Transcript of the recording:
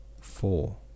four